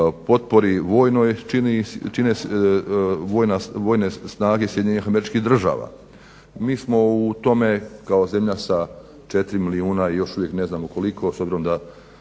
potpori vojnoj čine vojne snage SAD-a. Mi smo u tome kao zemlja sa 4 milijuna i još uvijek ne znamo koliko s obzirom da